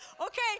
Okay